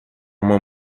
uma